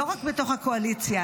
לא רק בתוך הקואליציה,